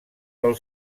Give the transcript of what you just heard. del